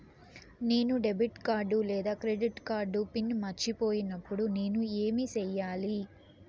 నేను debit card లేదా credit card PIN మర్చిపోయినప్పుడు నేను ఏమి సెయ్యాలి?